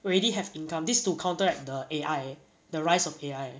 already have income this to counteract the A_I the rise of A_I